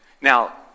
Now